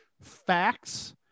Facts